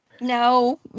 No